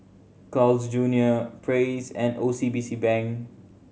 Carl's Junior Praise and O C B C Bank